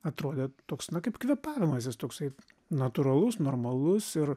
atrodė toks na kaip kvėpavimas jis toksai natūralus normalus ir